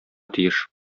тиеш